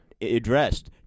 addressed